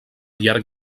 llarg